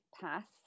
path